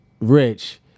Rich